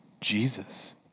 Jesus